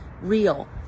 real